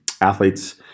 athletes